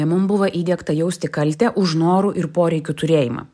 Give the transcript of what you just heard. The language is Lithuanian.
mum buvo įdiegta jausti kaltę už norų ir poreikių turėjimą